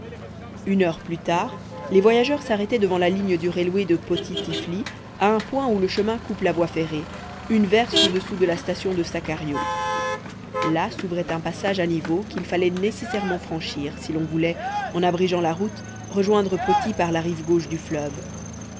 une heure plus tard les voyageurs s'arrêtaient devant la ligne du railway de poti tiflis à un point où le chemin coupe la voie ferrée une verste au-dessous de la station de sakario là s'ouvrait un passage à niveau qu'il fallait nécessairement franchir si l'on voulait en abrégeant la route rejoindre poti par la rive gauche du fleuve